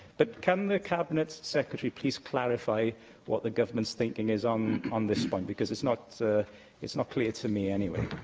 but can the cabinet secretary please clarify what the government's thinking is on on this point, because it's not it's not clear to me, anyway?